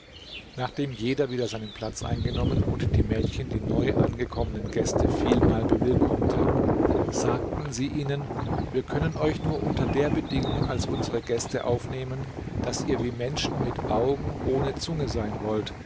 nachdem jeder wieder seinen platz eingenommen und die mädchen die neu angekommenen gäste vielmal bewillkommt hatten sagten sie ihnen wir können euch nur unter der bedingung als unsere gäste aufnehmen daß ihr wie menschen mit augen ohne zunge sein wollt